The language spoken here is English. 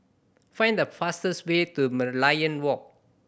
find the fastest way to Merlion Walk